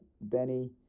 Benny